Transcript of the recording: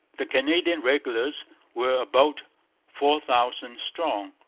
the canadian regulars were about four thousand strong.